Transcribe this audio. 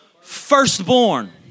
firstborn